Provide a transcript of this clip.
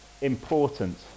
important